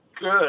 Good